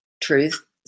truth